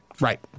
Right